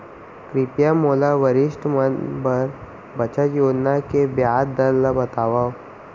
कृपया मोला वरिष्ठ मन बर बचत योजना के ब्याज दर ला बतावव